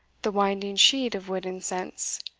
the winding-sheet of wit and sense,